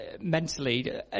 mentally